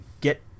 get